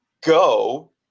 go –